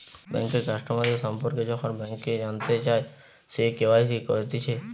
বেঙ্কের কাস্টমারদের সম্পর্কে যখন ব্যাংক জানতে চায়, সে কে.ওয়াই.সি করতিছে